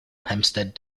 hempstead